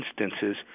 instances